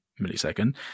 millisecond